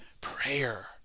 Prayer